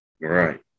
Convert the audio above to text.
Right